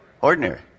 ordinary